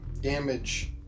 damage